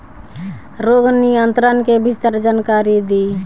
रोग नियंत्रण के विस्तार जानकारी दी?